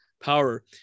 power